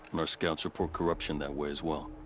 my scouts report corruption that way as well.